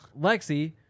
Lexi